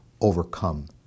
overcome